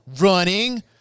Running